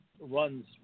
runs